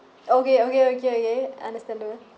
okay okay okay okay understandable